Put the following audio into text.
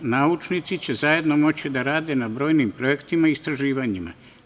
Naučnici će zajedno moći da rade na brojnim projektima i istraživanjima.